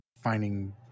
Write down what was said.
finding